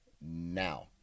now